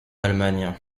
allemagne